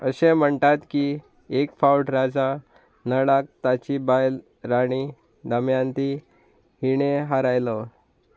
अशें म्हणटात की एक फावट राजा नळाक ताची बायल राणी दमयंती हिणें हारयलो